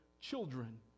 children